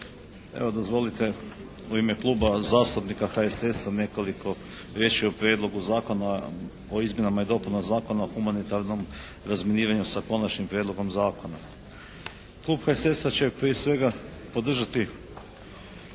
Evo dozvolite u ime Kluba zastupnika HSS-a nekoliko riječi o Prijedlogu zakona o izmjenama i dopunama Zakona o humanitarnom razminiranju sa konačnim prijedlogom zakona. Klub HSS-a će prije svega podržati